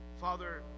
Father